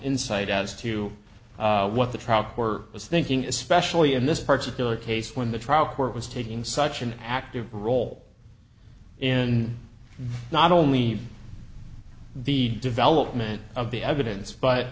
insight as to what the trial court was thinking especially in this particularly case when the trial court was taking such an active role in not only the development of the evidence but